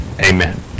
amen